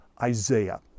Isaiah